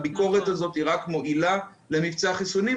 הביקורת הזאת היא רק מועילה למבצע החיסונים.